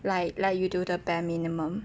like let you do the bare minimum